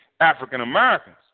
African-Americans